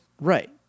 Right